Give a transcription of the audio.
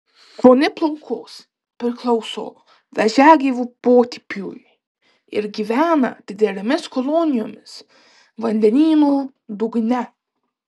šoniplaukos priklauso vėžiagyvių potipiui ir gyvena didelėmis kolonijomis vandenyno dugne